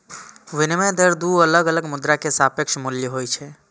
विनिमय दर दू अलग अलग मुद्रा के सापेक्ष मूल्य होइ छै